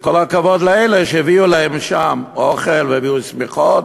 וכל הכבוד לאלה שהביאו להם לשם אוכל והביאו שמיכות,